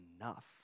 enough